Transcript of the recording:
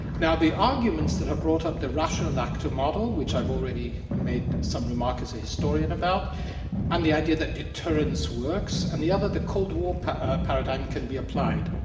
now, the arguments that have brought up the rational actor model, which i've already made some remarks as a historian about and the idea that deterrence works, and the other, the cold war paradigm can be applied.